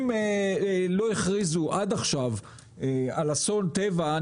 אם לא הכריזו עד עכשיו על אסון טבע,